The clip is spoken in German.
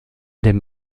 dem